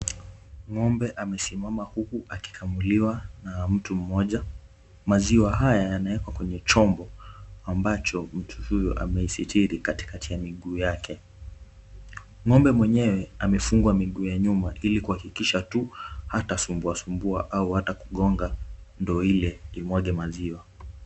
Ng'ombe amesimama huku akikamuliwa na mtu mmoja. Maziwa haya yanawekwa kwenye chombo ambacho mtu huyu amesitiri katikati ya miguu yake. Ng'ombe mwenyewe amefungwa miguu ya nyuma ili kuhakikisha tu hatasumbua sumbua au hata kugonga ndoo ile imwage maziwa.